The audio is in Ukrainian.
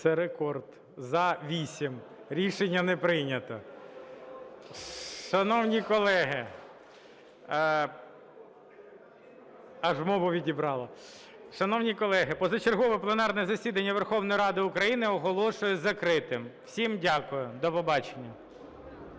Це рекорд: за – 8. Рішення не прийнято. Шановні колеги… аж мову відібрало. Шановні колеги, позачергове пленарне засідання Верховної Ради України оголошую закритим. Всім дякую. До побачення.